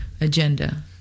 agenda